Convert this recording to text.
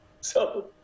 So-